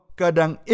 ...kadang